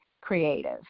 creative